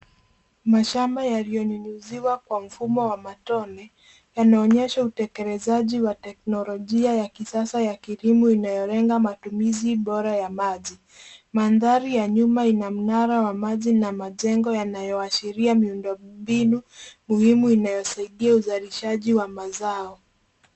Mashamba yaliyonyunyuziwa kwa mfumo wa matone, yanaonyesha utekelezaji wa teknolojia ya kisasa ya kilimo inayolenga matumizi bora ya maji. Mandhari ya nyuma ina mnara wa maji na majengo yanayoashiria miundombinu muhimu inayosaidia uzalishaji wa mazao.